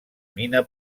mina